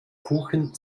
kuchen